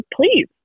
please